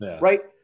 right